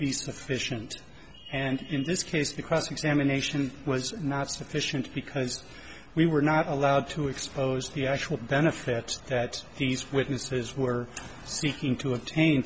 be sufficient and in this case the cross examination was not sufficient because we were not allowed to expose the actual benefits that these witnesses were seeking to obtain